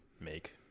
make